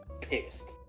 pissed